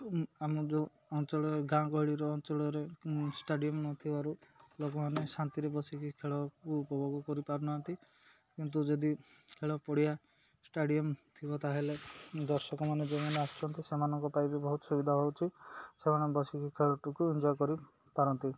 ଆମ ଯେଉଁ ଅଞ୍ଚଳ ଗାଁ ଗହଳିର ଅଞ୍ଚଳରେ ଷ୍ଟାଡ଼ିୟମ୍ ନଥିବାରୁ ଲୋକମାନେ ଶାନ୍ତିରେ ବସିକି ଖେଳକୁ ଉପଭୋଗ କରିପାରୁନାହାନ୍ତି କିନ୍ତୁ ଯଦି ଖେଳ ପଡ଼ିଆ ଷ୍ଟାଡ଼ିୟମ୍ ଥିବ ତା'ହେଲେ ଦର୍ଶକ ମାନେ ଯେଉଁମାନେ ଆସୁଛନ୍ତି ସେମାନଙ୍କ ପାଇଁ ବି ବହୁତ ସୁବିଧା ହେଉଛି ସେମାନେ ବସିକି ଖେଳଟିକୁ ଏନ୍ଜୟ କରିପାରନ୍ତି